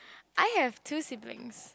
I have two siblings